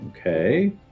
Okay